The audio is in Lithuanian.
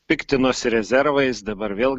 piktinosi rezervais dabar vėl